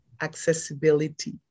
accessibility